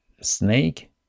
snake